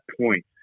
point